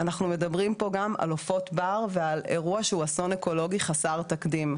אנחנו מדברים פה גם על עופות בר ועל אירוע שהוא אסון אקולוגי חסר תקדים.